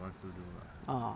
ah